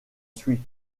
suis